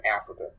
Africa